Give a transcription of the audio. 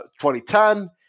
2010